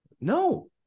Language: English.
No